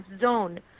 zone